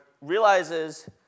realizes